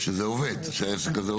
שזה עובד, שהעסק הזה עובד.